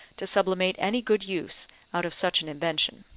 to sublimate any good use out of such an invention.